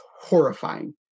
horrifying